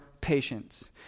patience